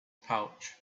pouch